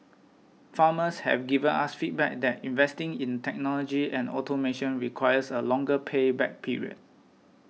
farmers have given us feedback that investing in technology and automation requires a longer pay back period